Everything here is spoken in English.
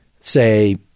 say